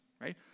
right